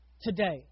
today